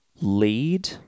lead